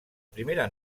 primera